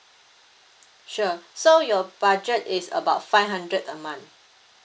sure so your budget is about five hundred a month